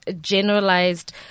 generalized